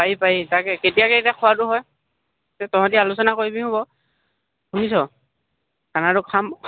পাৰি পাৰি তাকে কেতিয়াকৈ এতিয়া খোৱাটো হয় তহঁতি আলোচনা কৰিবি হ'ব শুনিছ খানাটো খাম